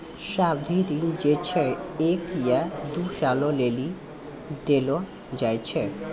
सावधि ऋण जे छै एक या दु सालो लेली देलो जाय छै